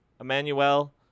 Emmanuel